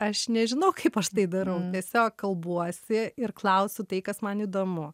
aš nežinau kaip aš tai darau tiesiog kalbuosi ir klausiu tai kas man įdomu